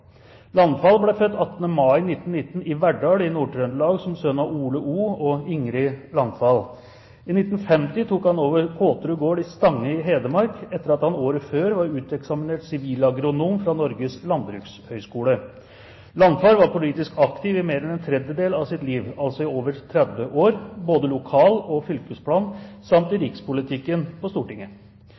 ble født 18. mai 1919 i Verdal i Nord-Trøndelag som sønn av Ole O. og Ingrid Landfald. I 1950 tok han over Kåterud gård i Stange i Hedmark, etter at han året før var uteksaminert sivilagronom fra Norges landbrukshøgskole. Landfald var politisk aktiv i mer enn en tredjedel av sitt liv, altså i over 30 år, både på lokal- og fylkesplan samt i rikspolitikken på Stortinget.